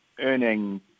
earning